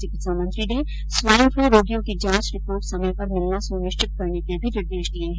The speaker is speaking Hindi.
चिकित्सा मंत्री ने स्वाईन फ्लू रोगियों की जांच रिपोर्ट समय पर मिलना सुनिश्चित करने के भी निर्देश दिये है